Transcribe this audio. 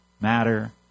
matter